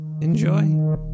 Enjoy